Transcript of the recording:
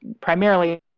primarily